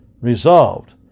Resolved